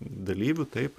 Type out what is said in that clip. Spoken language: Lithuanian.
dalyvių taip